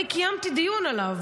אני קיימתי דיון עליו.